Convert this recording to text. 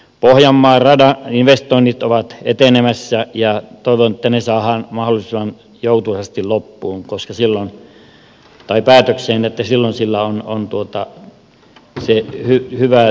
pohjanmaan radan investoinnit ovat etenemässä ja toivon että ne saadaan mahdollisimman joutuisasti päätökseen koska silloin sillä on se hyvää tuova vaikutus